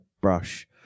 brush